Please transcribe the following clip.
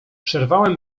przerwałem